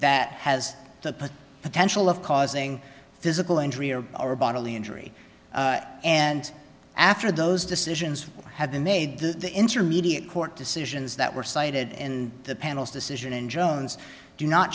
that has to the potential of causing physical injury or or bodily injury and after those decisions have been made the intermediate court decisions that were cited in the panel's decision in jones do not